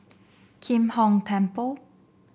Kim Hong Temple